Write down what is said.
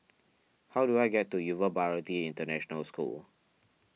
how do I get to Yuva Bharati International School